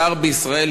שר בישראל,